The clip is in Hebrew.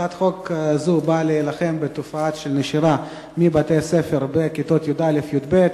הצעת חוק זו באה להילחם בתופעת הנשירה מבתי-ספר בכיתות י"א י"ב.